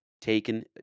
taken